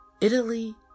Italy